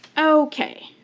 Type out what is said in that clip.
okay,